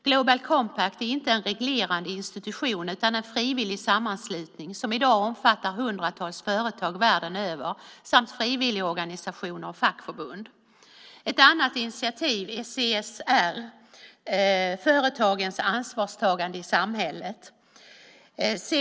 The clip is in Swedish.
Global Compact är inte en reglerande institution utan en frivillig sammanslutning som i dag omfattar hundratals företag världen över samt frivilligorganisationer och fackförbund. Ett annat initiativ är CSR, företagens ansvarstagande i samhället.